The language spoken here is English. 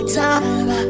time